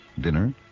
dinner